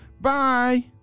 Bye